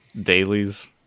dailies